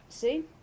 See